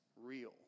real